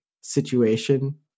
situation